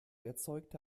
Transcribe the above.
erzeugte